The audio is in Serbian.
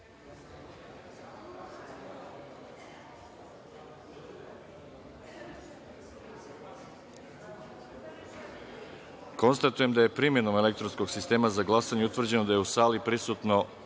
glasanje. Konstatujem da je, primenom elektronskog sistema za glasanje, utvrđeno da je u sali prisutno